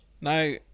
No